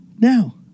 Now